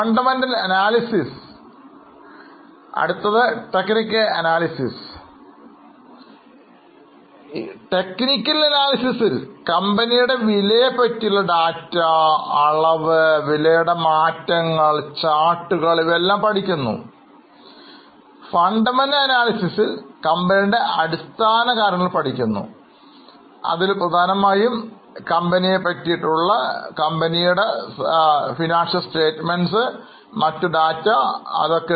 സാങ്കേതിക വിശകലനത്തിൽ കമ്പനിയുടെ വിലയെ പറ്റിയുള്ള ഡാറ്റ അളവ് വിലയുടെ മാറ്റങ്ങൾ ചാർട്ടുകൾ ഇവയെല്ലാം പഠിക്കുന്നു അടിസ്ഥാന വിശകലനത്തിൽ കമ്പനിയുടെ അടിസ്ഥാന കാര്യങ്ങൾ പഠിക്കുന്നു അതിൽ പ്രധാനമായും കമ്പനിയെക്കുറിച്ചുള്ള സാമ്പത്തിക പ്രസ്താവനകളും മറ്റ് ഡാറ്റയും ഉൾപ്പെടുന്നു